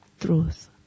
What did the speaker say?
truth